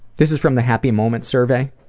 this is from the happy moments survey,